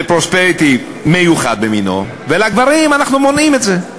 פרוספריטי מיוחד במינו ומגברים אנחנו מונעים את זה.